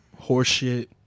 Horseshit